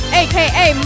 aka